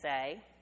say